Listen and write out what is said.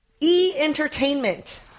E-Entertainment